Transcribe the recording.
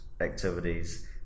activities